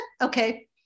Okay